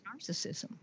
narcissism